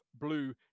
blue